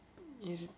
is